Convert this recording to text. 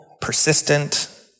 Persistent